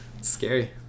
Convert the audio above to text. scary